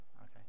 Okay